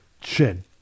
chin